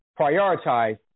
prioritize